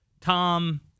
Tom